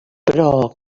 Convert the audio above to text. però